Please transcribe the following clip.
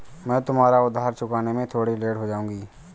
मैं तुम्हारा उधार चुकाने में थोड़ी लेट हो जाऊँगी